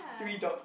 three dot